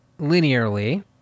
linearly